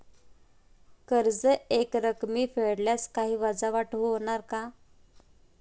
कर्ज एकरकमी फेडल्यास काही वजावट होणार का?